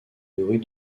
nourrit